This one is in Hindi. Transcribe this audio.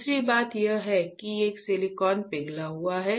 दूसरी बात यह है कि एक सिलिकॉन पिघला हुआ है